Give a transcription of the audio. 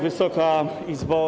Wysoka Izbo!